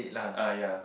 ah ya